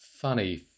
funny